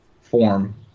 form